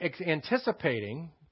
anticipating